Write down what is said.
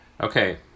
okay